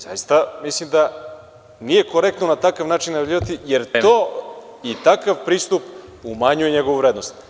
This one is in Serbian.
Zaista mislim da nije korektno na takav način se nervirati, jer takav pristup umanjuje njegovu vrednost.